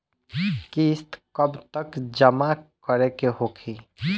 किस्त कब तक जमा करें के होखी?